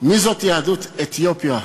מי זו יהדות אתיופיה,